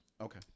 Okay